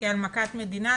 כעל מכת מדינה.